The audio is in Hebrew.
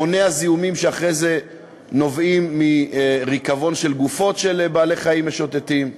מונע זיהומים שאחרי זה נובעים מריקבון של גופות של בעלי-חיים משוטטים.